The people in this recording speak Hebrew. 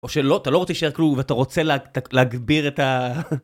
או שלא, אתה לא רוצה שיהיה כלום, ואתה רוצה להגביר את ה...